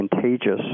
contagious